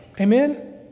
Amen